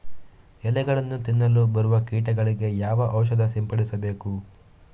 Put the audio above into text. ಎಲೆಗಳನ್ನು ತಿನ್ನಲು ಬರುವ ಕೀಟಗಳಿಗೆ ಯಾವ ಔಷಧ ಸಿಂಪಡಿಸಬೇಕು?